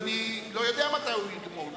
הצלצול, אני לא יודע מתי הוא יגמור.